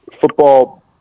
football